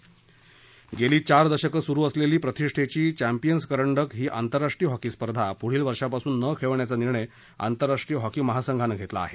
champions करंडक hockey बंद आशतोष गेली चार दशकं सुरू असलेली प्रतिष्ठेची चॅम्पियन्स करंडक ही आंतरराष्ट्रीय हॉकी स्पर्धा पुढील वर्षापासून न खेळवण्याचा निर्णय आंतरराष्ट्रीय हॉकी महासंघानं घेतला आहे